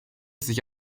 sich